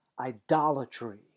idolatry